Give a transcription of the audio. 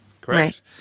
correct